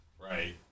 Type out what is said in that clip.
Right